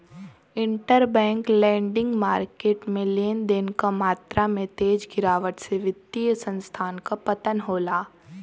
interbank lending market में लेन देन क मात्रा में तेज गिरावट से वित्तीय संस्थान क पतन होला